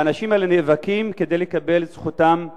האנשים האלה נאבקים כדי לקבל את זכותם האלמנטרית,